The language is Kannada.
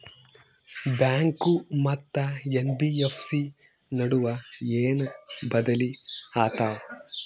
ಬ್ಯಾಂಕು ಮತ್ತ ಎನ್.ಬಿ.ಎಫ್.ಸಿ ನಡುವ ಏನ ಬದಲಿ ಆತವ?